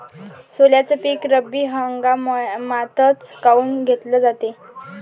सोल्याचं पीक रब्बी हंगामातच काऊन घेतलं जाते?